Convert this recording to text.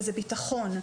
וזה ביטחון,